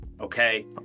Okay